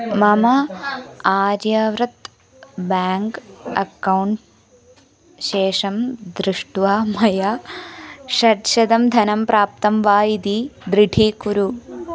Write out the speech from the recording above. मम Aryavrat bank account शेषं दृष्ट्वा मया षड्शतं धनं प्राप्तं वा इति दृढीकुरु